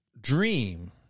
dream